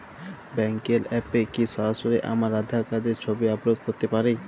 ব্যাংকের অ্যাপ এ কি সরাসরি আমার আঁধার কার্ডের ছবি আপলোড করতে পারি?